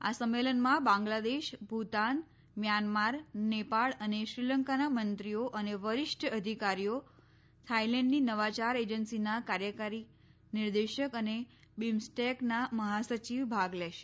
આ સંમેલનમાં બાંગ્લાદેશ ભૂતાન મ્યાનમાર નેપાળ અને શ્રીલંકાનાં મંત્રીઓ અને વરીષ્ઠ અધિકારીઓ થાઈલેન્ડની નવાયાર એજન્સીનાં કાર્યકારી નિદેશક અને બિમ્સટેકનાં મહાસચિવ ભાગ લેશે